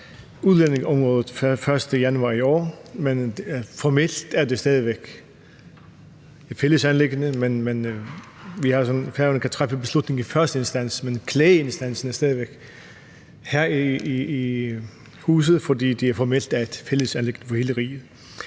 overtog udlændingeområdet pr. 1. januar i år. Formelt er det stadig væk et fælles anliggende, men Færøerne kan træffe beslutning i første instans. Klageinstansen er stadig væk her i huset, fordi det formelt er et fælles anliggende for hele riget.